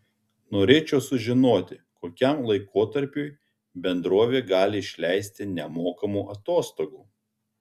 norėčiau sužinoti kokiam laikotarpiui bendrovė gali išleisti nemokamų atostogų